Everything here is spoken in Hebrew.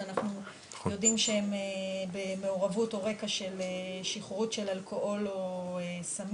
שאנחנו יודעים שהן במעורבות או רקע של שכרות של אלכוהול או סמים.